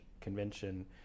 convention